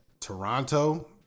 Toronto